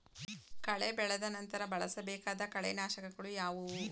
ಕಳೆ ಬೆಳೆದ ನಂತರ ಬಳಸಬೇಕಾದ ಕಳೆನಾಶಕಗಳು ಯಾವುವು?